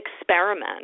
experiment